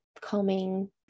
calming